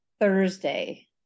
Thursday